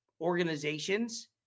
organizations